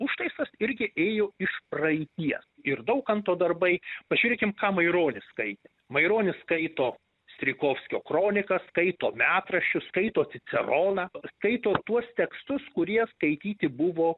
užtaisas irgi ėjo iš praeities ir daukanto darbai pažiūrėkim ką maironis skaitė maironis skaito strijkovskio kroniką skaito metraščius skaito ciceroną skaito tuos tekstus kurie skaityti buvo